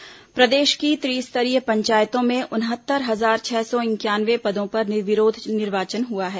पंचायत चुनाव प्रदेश की त्रिस्तरीय पंचायतों में उनहत्तर हजार छह सौ इंक्यानवे पदों पर निर्विरोध निर्वाचन हुआ है